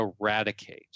eradicate